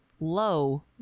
low